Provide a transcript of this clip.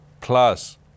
plus